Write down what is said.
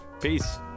Peace